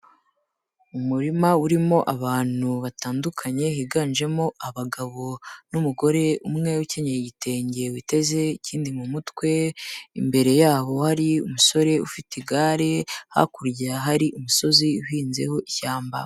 Umurima urimo abantu batandukanye higanjemo abagabo n'umugore umwe ukenyeye igitenge witeze ikindi mu mutwe; imbere yabo hari umusore ufite igare, hakurya hari umusozi uhinzeho ishyamba.